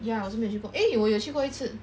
ya 我是没有去过 eh 我有去过一次